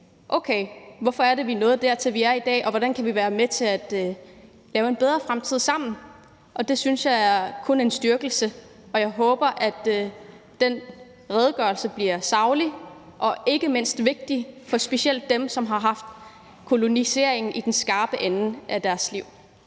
sige: Hvorfor er det, vi er nået dertil, hvor vi er i dag, og hvordan kan vi lave en bedre fremtid sammen? Det synes jeg kun er en styrkelse, og jeg håber, at den redegørelse bliver saglig og ikke mindst vigtig for specielt dem, som har oplevet de skarpe konsekvenser,